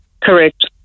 Correct